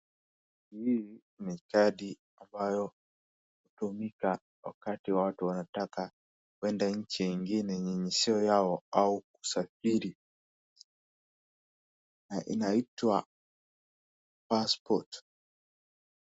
Hii ni kadi ambayo hutumika wakati watu wanataka kuenda nchi ingine yenye si yao au kusafiri, inaitwa passport .